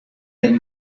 then